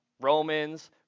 Romans